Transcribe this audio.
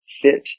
fit